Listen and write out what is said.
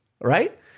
Right